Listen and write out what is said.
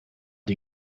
die